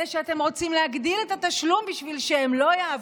אלה שאתם רוצים להגדיל את התשלום בשביל שהם לא יעבדו.